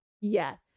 Yes